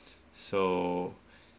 so